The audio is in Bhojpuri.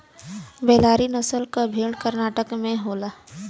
बेल्लारी नसल क भेड़ कर्नाटक में होला